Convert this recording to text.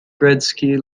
gretzky